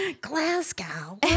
Glasgow